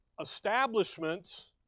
establishments